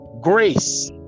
grace